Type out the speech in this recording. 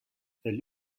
elle